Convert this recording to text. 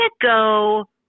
go